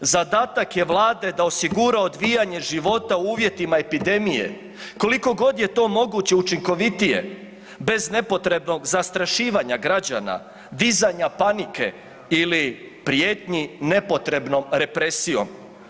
Zadatak je vlade da osigura odvijanje života u uvjetima epidemije koliko god je to moguće učinkovitije bez nepotrebnog zastrašivanja građana, dizanja panike ili prijetnji nepotrebnom represijom.